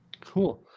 Cool